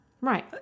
Right